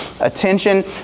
attention